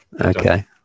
Okay